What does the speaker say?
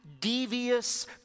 devious